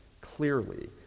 clearly